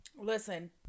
listen